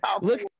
look